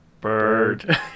Bird